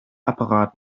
apparat